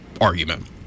argument